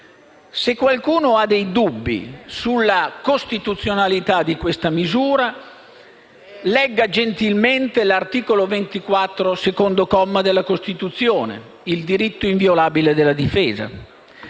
Se qualcuno ha dei dubbi sulla costituzionalità di questa misura, legga gentilmente l'articolo 24, secondo comma, della Costituzione, ossia il diritto inviolabile della difesa.